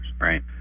Right